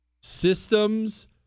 Systems